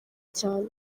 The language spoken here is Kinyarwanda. cyane